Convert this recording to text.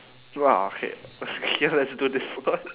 ya okay okay let's do this one